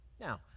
Now